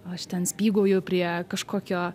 aš ten spygauju prie kažkokio